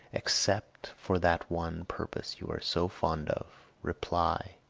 except for that one purpose you are so fond of reply.